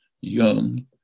young